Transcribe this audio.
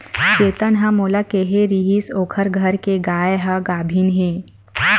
चेतन ह मोला केहे रिहिस ओखर घर के गाय ह गाभिन हे